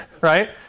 right